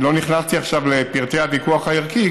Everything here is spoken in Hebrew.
לא נכנסתי עכשיו לפרטי הוויכוח הערכי,